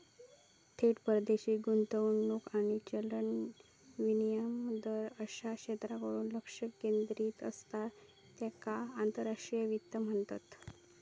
थेट परदेशी गुंतवणूक आणि चलन विनिमय दर अश्या क्षेत्रांवर लक्ष केंद्रित करता त्येका आंतरराष्ट्रीय वित्त म्हणतत